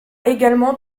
également